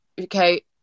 okay